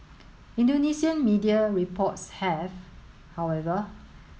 Indonesian media reports have however